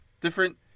different